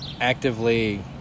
actively